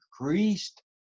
increased